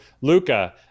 Luca